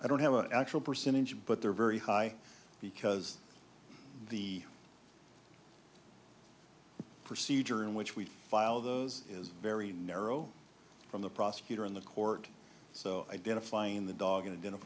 i don't have an actual percentage but they're very high because the procedure in which we file those is very narrow from the prosecutor in the court so identifying the dog